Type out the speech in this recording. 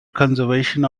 conservation